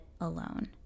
alone